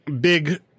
big